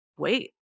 wait